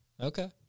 Okay